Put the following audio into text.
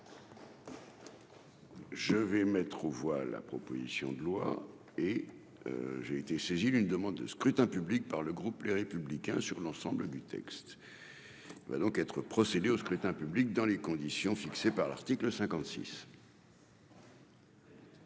Je vais mettre aux voix la proposition de loi et j'ai été saisi d'une demande de scrutin public par le groupe, les républicains sur l'ensemble du texte ben donc être procéder au scrutin public dans les conditions fixées par l'article 56.